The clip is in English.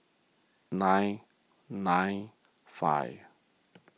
nine nine five